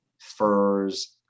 furs